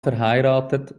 verheiratet